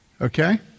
Okay